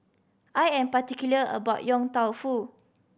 I am particular about Yong Tau Foo